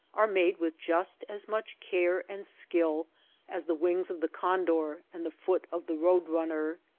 are made with just as much care and skill as the wings of the condor and the foot of the road-runner.